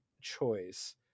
choice